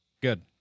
Good